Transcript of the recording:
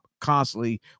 constantly